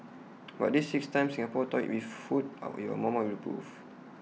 but these six times Singapore toyed with food off your mama will approve